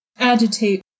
Agitate